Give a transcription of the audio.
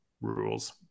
rules